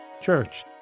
Church